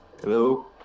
Hello